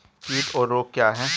कीट और रोग क्या हैं?